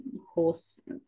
horse